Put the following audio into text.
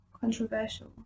controversial